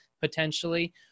potentially